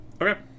Okay